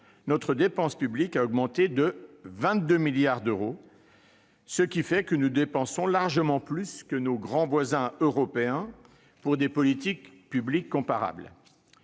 notre dépense publique a augmenté de 22 milliards d'euros. Nous dépensons largement plus que nos grands voisins européens, pour des politiques publiques comparables.